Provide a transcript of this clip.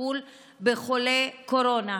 בטיפול בחולי קורונה.